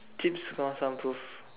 cheaps soundproof